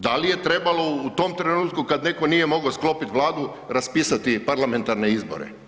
Da li je trebalo u tom trenutku kad netko nije mogao sklopit vladu raspisati parlamentarne izbore?